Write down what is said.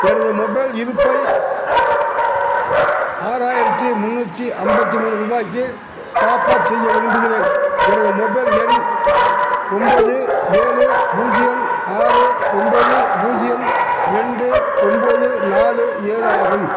எனது மொபைல் இருப்பை ஆறாயிரத்து முந்நூற்றி ஐம்பத்தி மூணு ரூபாய்க்கு டாப் அப் செய்ய விரும்புகிறேன் எனது மொபைல் எண் ஒம்பது ஏழு பூஜ்ஜியம் ஆறு ஒம்பது பூஜ்ஜியம் ரெண்டு ஒம்பது நாலு ஏழு ஆகும்